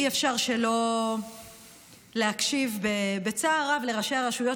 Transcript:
אי-אפשר שלא להקשיב בצער רב לראשי הרשויות